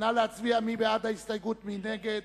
מי בעד, מי נגד,